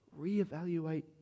reevaluate